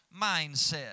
mindset